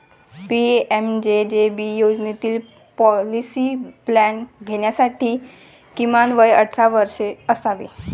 PMJJB योजनेतील policy plan घेण्यासाठी किमान वय अठरा वर्षे असावे